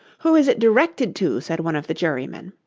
who is it directed to said one of the jurymen.